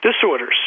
disorders